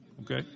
okay